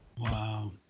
Wow